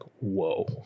whoa